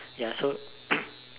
ya so